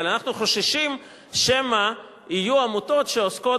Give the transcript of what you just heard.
אבל אנחנו חוששים שמא יהיו עמותות שעוסקות